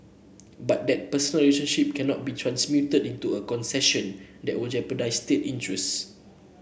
but that personal relationship cannot be transmuted into a concession that will jeopardise state interests